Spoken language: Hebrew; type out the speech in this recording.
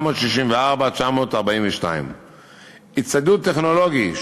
764,942. הצטיידות טכנולוגית,